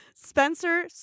Spencer